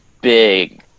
big